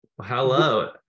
hello